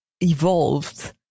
evolved